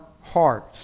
hearts